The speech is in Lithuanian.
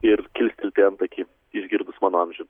ir kilstelti antakį išgirdus mano amžių